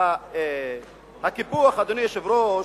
אדוני היושב-ראש,